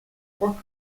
crois